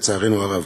לצערנו הרב.